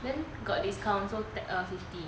then got discount so err fifty